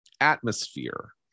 atmosphere